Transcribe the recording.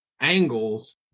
angles